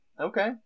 okay